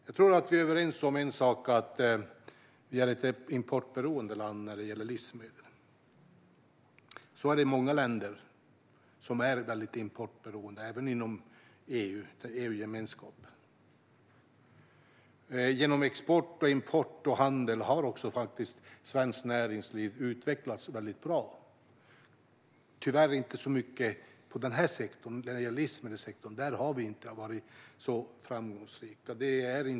Jag tror att vi är överens om en sak. Sverige är ett importberoende land när det gäller livsmedel. Så är det för många länder. Många, även inom gemenskapen i EU, är importberoende. Genom export, import och handel har svenskt näringsliv faktiskt utvecklats väldigt bra, men tyvärr inte inom denna sektor. Inom livsmedelssektorn har vi inte varit lika framgångsrika.